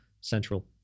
Central